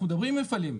אנחנו מדברים עם מפעלים,